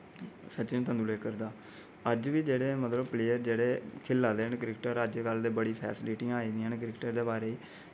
सचिन तेंदुलेकर दा अज्ज बी जेह्ड़े मतलब प्लेयर जेह्ड़े खेला दे न क्रिकेटर अज्ज कल ते बड़ी फैसिलिटियां आई दियां क्रिकेटर दे बारे च